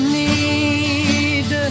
need